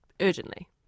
Urgently